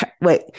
wait